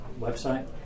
website